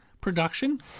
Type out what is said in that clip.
production